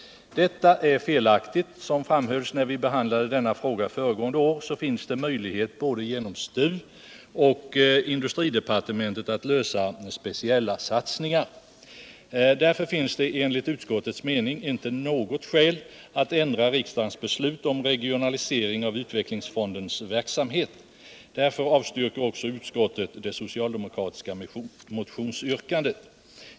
Detta är felaktigt. Som framhölls när vi behandlade denna fråga föregående år finns det möjlighet att både genom STU och industridepartementet göra speciella satsningar. Därför finns det enligt utskottes mening inte något skäl för att ändra riksdagens beslut om regionalisering av utvecklingsfondens verksamhet. Därför avstyrker också utskottet det socialdemokratiska motionsyrkandet.